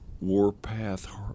warpath